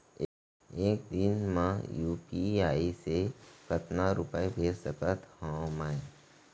एक दिन म यू.पी.आई से कतना रुपिया भेज सकत हो मैं?